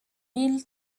meal